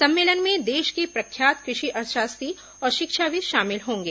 सम्मेलन में देश के प्रख्यात कृषि अर्थशास्त्री और शिक्षाविद शामिल होंगे